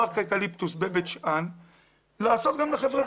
שעה אחת לפני שנאבד שליטה ושאחרים בארץ לא ישתמשו בנו.